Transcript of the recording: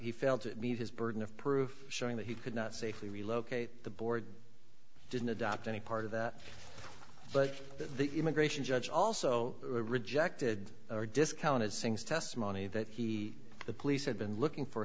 he failed to meet his burden of proof showing that he could not safely relocate the board didn't adopt any part of that but that the immigration judge also rejected or discounted singh's testimony that he the police had been looking for